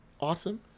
awesome